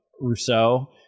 Rousseau